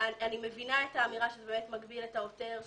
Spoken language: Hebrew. מבינה את האמירה שזה מגביל את העותר,